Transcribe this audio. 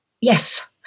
Yes